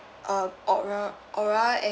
uh aura aura and